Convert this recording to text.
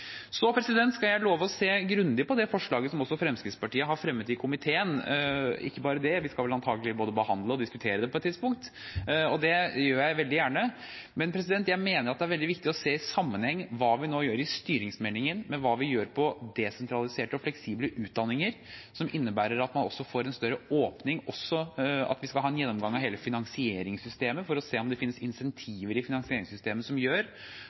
skal jeg love å se grundig på det forslaget som Fremskrittspartiet har fremmet i komiteen, og ikke bare det: Vi skal vel antagelig både behandle og diskutere det på et tidspunkt, og det gjør jeg veldig gjerne. Men jeg mener at det er veldig viktig å se hva vi nå gjør i styringsmeldingen, i sammenheng med hva vi gjør på desentraliserte og fleksible utdanninger, som innebærer at man også får en større åpning. Vi skal også ha en gjennomgang av hele finansieringssystemet for å se om systemet har insentiver som gjør